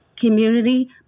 community